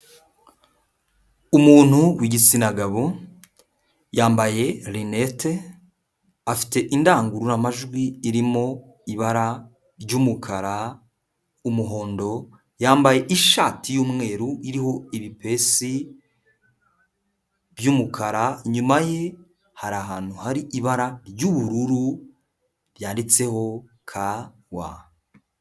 Umuntu w'igitsina gabo, yambaye linete, afite indangururamajwi irimo ibara ry'umukara, umuhondo, yambaye ishati y'umweru iriho ibipesi by'umukara, inyuma ye hari ahantu hari ibara ry'ubururu ryanditseho ka wa.